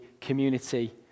community